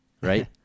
right